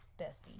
Bestie